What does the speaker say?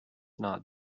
not